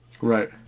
Right